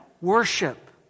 Worship